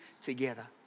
together